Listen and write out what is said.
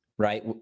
Right